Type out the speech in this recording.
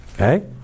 Okay